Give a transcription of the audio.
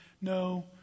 No